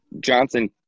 Johnson